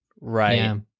Right